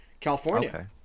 California